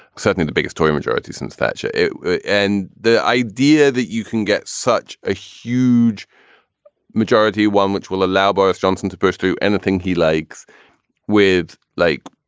suddenly the biggest tory majority since thatcher. and the idea that you can get such a huge majority one which will allow boris johnson to push through anything he likes with like,